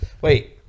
wait